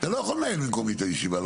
בני, אתה לא יכול לנהל במקומי את הישיבה.